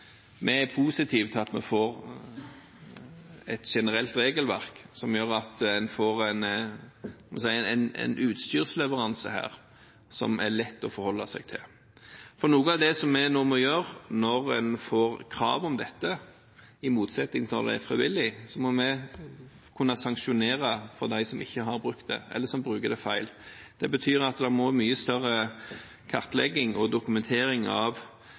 Vi er positive til at vi får et generelt regelverk som gjør at en får en utstyrsleveranse her som det er lett å forholde seg til, for noe av det som er om å gjøre når vi får krav om dette, i motsetning til når det er frivillig, er at vi må kunne sanksjonere overfor dem som ikke har brukt det, eller som bruker det feil. Det betyr at en må ha mye større kartlegging og dokumentering av